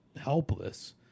helpless